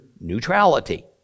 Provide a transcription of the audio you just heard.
neutrality